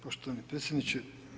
Poštovani predsjedniče.